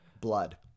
blood